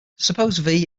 suppose